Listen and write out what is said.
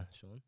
Sean